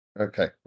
Okay